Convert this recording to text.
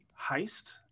heist